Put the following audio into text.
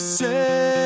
say